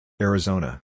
Arizona